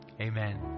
Amen